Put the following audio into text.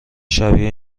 شبیه